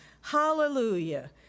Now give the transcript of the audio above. Hallelujah